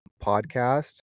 podcast